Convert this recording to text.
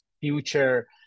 future